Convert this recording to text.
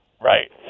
Right